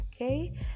okay